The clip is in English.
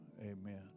Amen